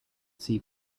see